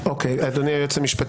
אתה מתנהל כדיקטטור,